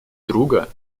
друга